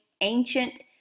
ancient